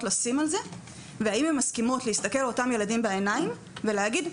לשים על זה והאם הן מסכימות להסתכל על אותם ילדים בעיניים ולהגיד,